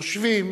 חושבים